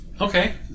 Okay